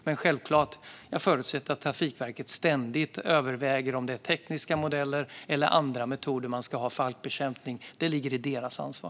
Men jag förutsätter självklart att Trafikverket ständigt överväger om det är tekniska modeller eller andra metoder man ska ha för halkbekämpning. Det ligger i deras ansvar.